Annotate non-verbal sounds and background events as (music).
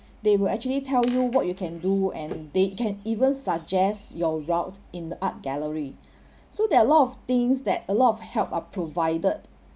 (breath) they will actually tell you what you can do and they can even suggest your route in the art gallery (breath) so there are a lot of things that a lot of help are provided